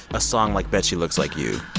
a song like bet she looks like you.